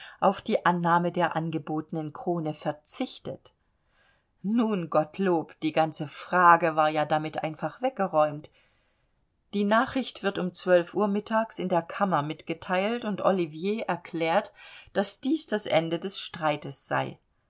auf die annahme der angebotenen krone verzichtet nun gottlob die ganze frage war ja damit einfach weggeräumt die nachricht wird um uhr mittags in der kammer mitgeteilt und ollivier erklärt daß dies das ende des streites sei